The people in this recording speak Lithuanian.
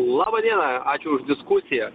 laba diena ačiū už diskusiją